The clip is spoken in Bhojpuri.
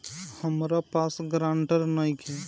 हमरा पास ग्रांटर नइखे?